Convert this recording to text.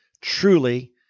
truly